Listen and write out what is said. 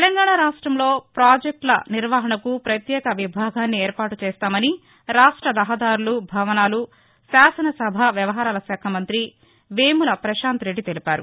తెలంగాణ రాష్ట్రంలో పాజెక్టుల నిర్వహణకు ప్రత్యేక విభాగాన్ని ఏర్పాటు చేస్తామని రాష్ట రహదారులు భవనాలు శాసనసభా వ్యవహారాల శాఖ మంత్రి వేముల పశాంత్రెడ్డి తెలిపారు